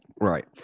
Right